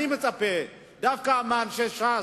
ניסינו חלופה, אני מצפה דווקא מאנשי ש"ס,